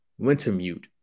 Wintermute